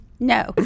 No